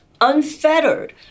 unfettered